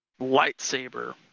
lightsaber